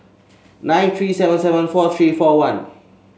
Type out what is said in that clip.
nine three seven seven four three four one